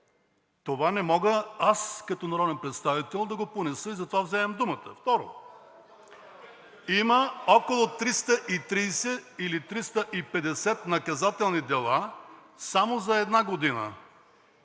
Това не мога аз като народен представител да го понеса и затова вземам думата. Второ, има около 330 или 350 наказателни дела само за една година